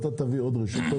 אני בטוח שאתה תביא עוד רשתות,